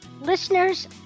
Listeners